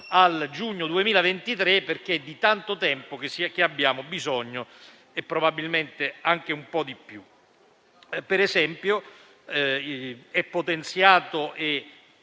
al giugno 2023, perché è di tanto tempo che abbiamo bisogno e probabilmente anche un po' di più. Ad esempio, è potenziato e